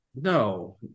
No